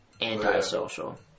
Anti-social